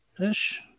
Ish